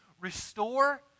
restore